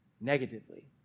negatively